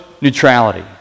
neutrality